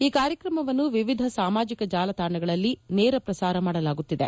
ಈ ಕಾರ್ಯಕ್ರಮವನ್ನು ವಿವಿಧ ಸಾಮಾಜಕ ಜಾಲತಾಣಗಳಲ್ಲಿ ನೇರಪ್ರಸಾರ ಮಾಡಲಾಗುತ್ತಿದೆ